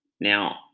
Now